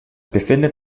befindet